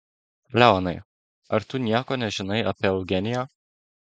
leonai ar tu nieko nežinai apie eugeniją